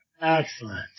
Excellent